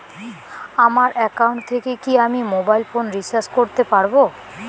আমার একাউন্ট থেকে কি আমি মোবাইল ফোন রিসার্চ করতে পারবো?